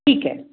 ठीक आहे